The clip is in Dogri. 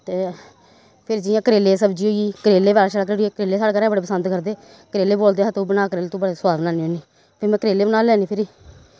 ते फिर जि'यां करेले दी सब्जी होई गेई करेले बड़े शैल घरेड़ियै करेले साढ़े घरै दे बड़े पसंद करदे करेले बोलदे तू बना करेले तू बड़े सोआद बनानी होन्नी ते में करेले बनाई लैन्नी फिरी